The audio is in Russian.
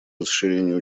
расширению